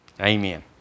Amen